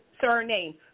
Surname